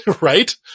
Right